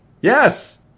Yes